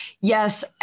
yes